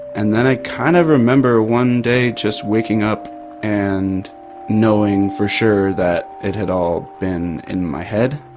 and then i kind of remember one day just waking up and knowing for sure that it had all been in my head.